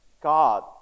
God